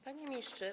Panie Ministrze!